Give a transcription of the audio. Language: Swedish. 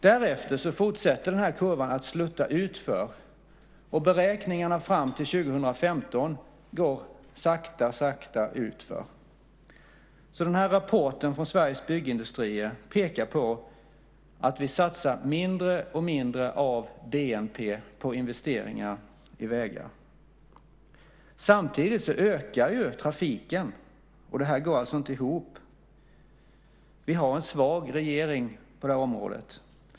Därefter fortsätter kurvan att slutta utför, och beräkningarna fram till 2015 går sakta, sakta utför. Rapporten från Sveriges byggindustrier pekar på att vi satsar mindre och mindre av BNP på investeringar i vägar. Samtidigt ökar ju trafiken. Det här går alltså inte ihop. Vi har en svag regering på det här området.